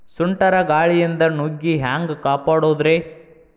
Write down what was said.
ಸುಂಟರ್ ಗಾಳಿಯಿಂದ ನುಗ್ಗಿ ಹ್ಯಾಂಗ ಕಾಪಡೊದ್ರೇ?